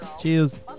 Cheers